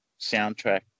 soundtrack